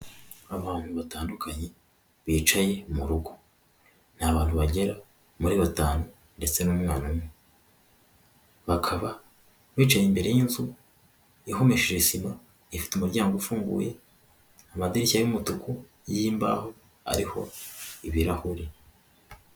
Abantu batandukanye bicaye mu rugo ni abantu bagera muri batanu ndetse n'umwana umwe, bakaba bicaye imbere y'inzu ihomesheje sima, ifite umuryango ufunguye amadirishya y'umutuku y'imbaho ariho ibirahuri.